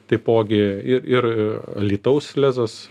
taipogi ir ir alytaus lezas